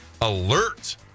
alert